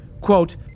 quote